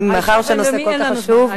מאחר שהנושא כל כך חשוב,